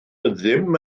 ddim